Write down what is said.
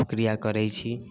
शुक्रिया करै छी